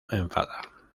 enfada